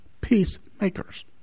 Peacemakers